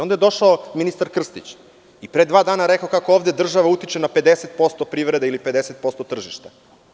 Onda je došao ministar Krstić i pre dva dana rekao kako ovde država utiče na 50%, privrede ili 50% tržišta.